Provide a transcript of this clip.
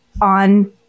on